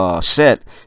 set